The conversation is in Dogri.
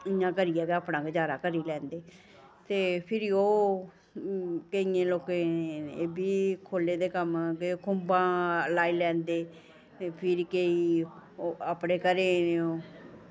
इ'यां करियै गै अपना गुजारा करी लैंदे ते फिर ओह् केइयें लोकें गी एह्बी कम्म खुंबां लाई लैंदे ते फिर केईं अपने घरै गी